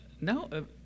no